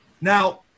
Now